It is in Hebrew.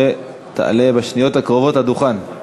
שתעלה בשניות הקרובות לדוכן.